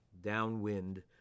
downwind